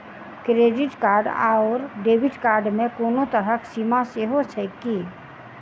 Credit card आओर debit card मे कोनो तरहक सीमा सेहो छैक की?